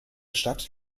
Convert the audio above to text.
stadt